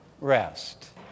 rest